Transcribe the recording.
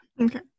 Okay